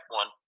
one